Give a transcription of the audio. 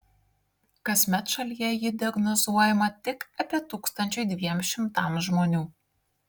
kasmet šalyje ji diagnozuojama tik apie tūkstančiui dviem šimtams žmonių